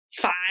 five